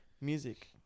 music